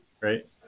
right